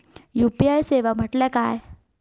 UPI सेवा म्हटल्या काय?